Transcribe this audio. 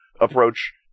approach